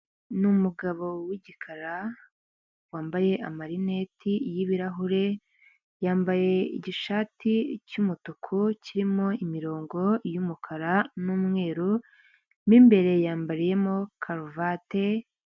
Ni umugabo w'igikara wambaye amarineti y'ibirahure, yambaye igishati cy'umutuku kirimo imirongo y'umukara n'umweru, mo imbere yambariyemo karuvati.